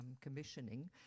commissioning